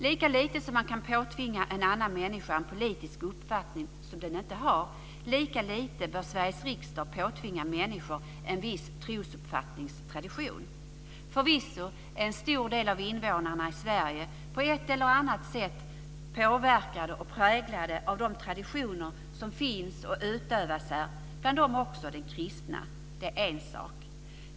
Lika lite som man kan påtvinga en annan människa en politisk uppfattning som den inte har, lika lite bör Sveriges riksdag påtvinga människor en viss trosuppfattnings tradition. Förvisso är en stor del av invånarna i Sverige på ett eller annat sätt påverkade eller präglade av de traditioner som finns och utövas här - bland dem också den kristna traditionen. Det är en sak.